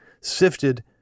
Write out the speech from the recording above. sifted